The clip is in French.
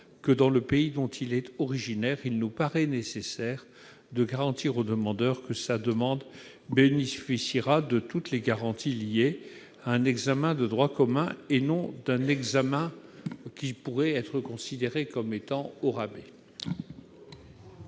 que dans le pays dont il est originaire, il nous paraît nécessaire de garantir au demandeur que sa demande bénéficiera de toutes les garanties liées à un examen de droit commun et non d'un examen qui pourrait être considéré comme étant « au rabais